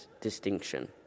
distinction